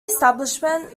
establishment